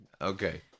okay